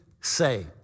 say